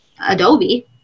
Adobe